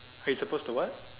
wait you're supposed to what